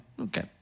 okay